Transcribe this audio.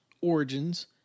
Origins